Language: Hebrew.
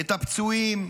את הפצועים,